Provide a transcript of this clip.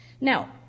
Now